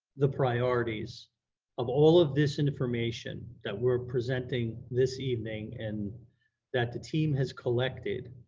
the priorities of all of this information that we're presenting this evening, and that the team has collected